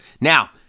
Now